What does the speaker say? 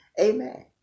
Amen